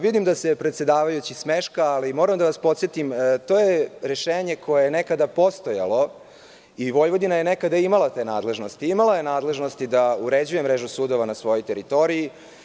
Vidim da se predsedavajući smeška, ali moram da vas podsetim, to je rešenje koje je nekada postojalo i Vojvodina je nekada imala te nadležnosti, imala je nadležnosti da uređuje mrežu sudova na svojoj teritoriji.